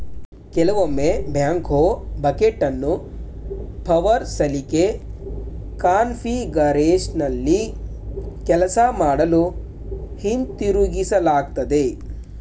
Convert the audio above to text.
ಕೆಲವೊಮ್ಮೆ ಬ್ಯಾಕ್ಹೋ ಬಕೆಟನ್ನು ಪವರ್ ಸಲಿಕೆ ಕಾನ್ಫಿಗರೇಶನ್ನಲ್ಲಿ ಕೆಲಸ ಮಾಡಲು ಹಿಂತಿರುಗಿಸಲಾಗ್ತದೆ